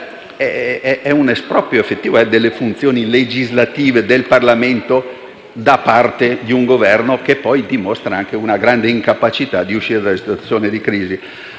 è un esproprio effettivo delle funzioni legislative del Parlamento da parte di un Governo, che poi dimostra anche una grande incapacità di uscire dalle situazioni di crisi.